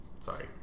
Sorry